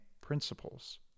principles